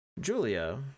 Julia